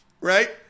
Right